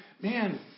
man